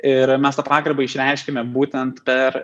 ir mes tą pagarbą išreiškiame būtent per